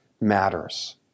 matters